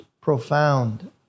profound